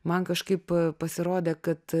man kažkaip pasirodė kad